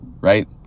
right